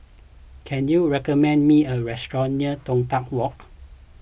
can you recommend me a restaurant near Toh Tuck Walk